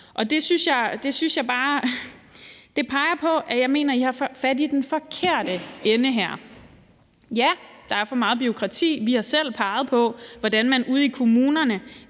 jeg peger på, at I har fat i den forkerte ende her. Ja, der er for meget bureaukrati. Vi har selv peget på, hvordan man ude i kommunerne